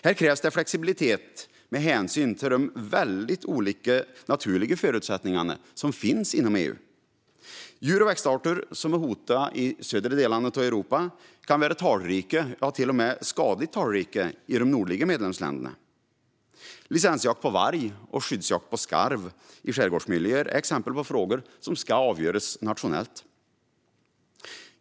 Här krävs flexibilitet med hänsyn till de väldigt olika naturliga förutsättningar som finns inom EU. Djur och växtarter som är hotade i de södra delarna av Europa kan vara talrika, till och med skadligt talrika, i de nordliga medlemsländerna. Licensjakt på varg och skyddsjakt på skarv i skärgårdsmiljöer är exempel på frågor som ska avgöras nationellt.